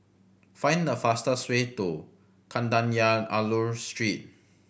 find the fastest way to Kadayanallur Street